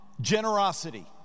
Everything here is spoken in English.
generosity